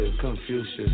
confucius